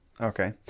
Okay